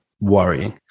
worrying